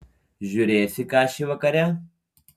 žiūrėsi kašį vakare